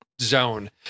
zone